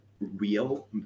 real